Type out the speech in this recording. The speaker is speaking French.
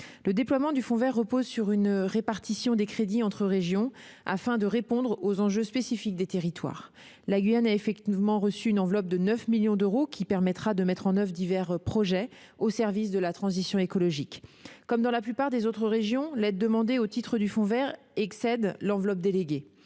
Le déploiement du fonds vert repose sur une répartition des crédits entre régions afin de répondre aux enjeux spécifiques des territoires. La Guyane a en effet reçu une enveloppe de 9 millions d'euros qui permettra de mettre en oeuvre divers projets au service de la transition écologique. Comme dans la plupart des autres régions, l'aide demandée au titre du fonds vert excède l'enveloppe déléguée.